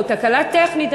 או תקלה טכנית,